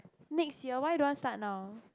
next year why you don't want start now